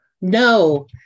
No